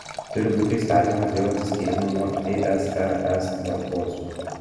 turi būti įstatymas dėl atsiskyrimo nuo tsrs tvarkos